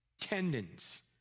tendons